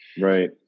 Right